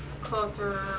closer